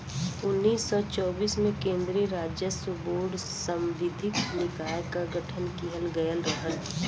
उन्नीस सौ चौबीस में केन्द्रीय राजस्व बोर्ड सांविधिक निकाय क गठन किहल गयल रहल